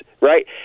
Right